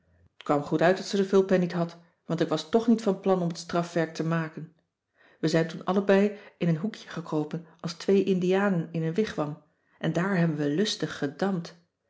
t kwam goed uit dat ze de vulpen niet had want ik was toch niet van plan om het strafwerk te maken we zijn toen allebei in een hoekje gekropen als twee indianen in een wigwam en daar hebben we lustig gedampt